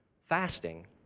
fasting